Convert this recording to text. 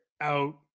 out